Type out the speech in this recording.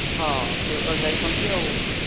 ହଁ ସେ ତ ଯାଇଛନ୍ତି ଆଉ